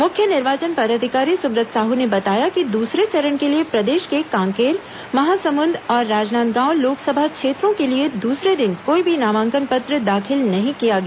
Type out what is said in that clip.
मुख्य निर्वाचन पदाधिकारी सुब्रत साहू ने बताया कि दूसरे चरण के लिए प्रदेश के कांकेर महासमुंद और राजनांदगांव लोकसभा क्षेत्रों के लिए दूसरे दिन कोई भी नामांकन पत्र दाखिल नहीं किया गया